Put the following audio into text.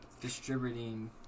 Distributing